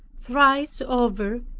thrice over,